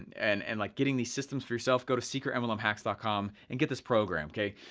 and and like getting these systems for yourself, go to secretmlmhacks dot com and get this program, okay?